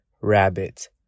Rabbit